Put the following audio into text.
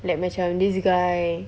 like macam this guy